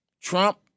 Trump